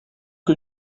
que